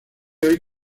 hoy